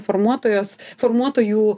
formuotojos formuotojų